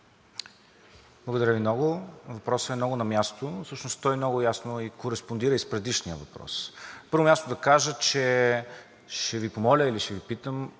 Благодаря Ви много. Въпросът е много на място, всъщност той много ясно кореспондира и с предишния въпрос. На първо място да кажа, че ще Ви помоля или ще Ви питам: